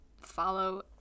follow